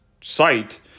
site